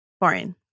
Boring